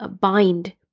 bind